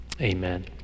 Amen